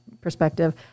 perspective